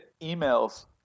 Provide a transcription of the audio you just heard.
emails